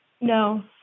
No